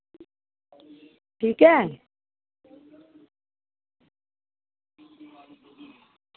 ठीक ऐ